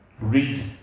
read